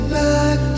back